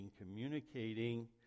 communicating